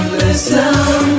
listen